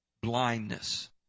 blindness